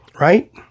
right